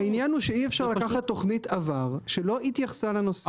העניין הוא שאי-אפשר לקחת תוכנית עבר שלא התייחסה לנושא,